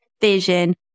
vision